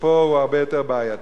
ופה הוא הרבה יותר בעייתי,